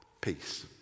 Peace